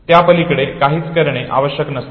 त्यांपलीकडे काही करणे आवश्यक नसते